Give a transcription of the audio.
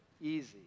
Easy